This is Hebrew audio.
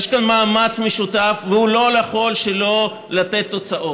יש כאן מאמץ משותף, והוא לא יכול שלא לתת תוצאות.